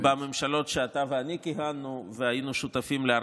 בממשלות שאתה ואני כיהנו בהן והיינו שותפים להרכבתן.